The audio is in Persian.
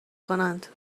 کنند